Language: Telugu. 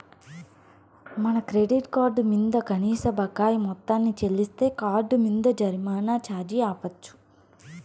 మన క్రెడిట్ కార్డు మింద కనీస బకాయి మొత్తాన్ని చెల్లిస్తే కార్డ్ మింద జరిమానా ఛార్జీ ఆపచ్చు